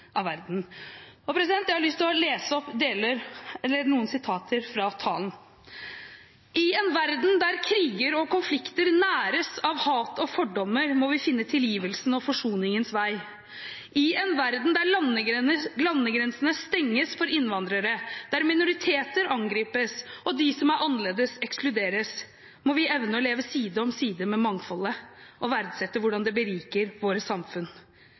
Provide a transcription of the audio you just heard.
av verden. Jeg har lyst til å lese opp noen sitater fra talen: «I en verden der kriger og konflikter næres av hat og fordommer, må vi finne tilgivelsen og forsoningens vei. I en verden der landegrensene stenges for innvandrere, der minoriteter angripes og de som er annerledes ekskluderes, må vi evne å leve side om side med mangfoldet og verdsette hvordan det beriker våre samfunn.